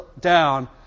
down